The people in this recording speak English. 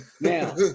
now